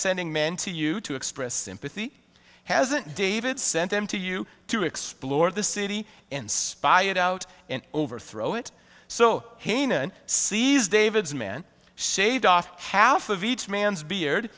sending men to you to express sympathy hasn't david sent them to you to explore the city inspired out overthrow it so hanan sees david's men shaved off half of each man's beard